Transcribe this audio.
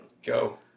Go